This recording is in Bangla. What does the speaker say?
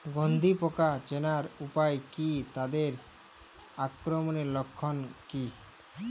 গন্ধি পোকা চেনার উপায় কী তাদের আক্রমণের লক্ষণ কী?